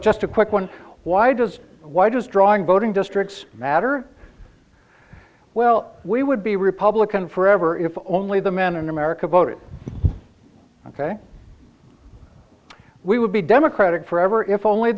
just a quick one why does why does drawing voting districts matter well we would be republican forever if only the men in america voted ok we would be democratic forever if only